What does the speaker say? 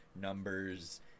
numbers